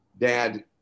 dad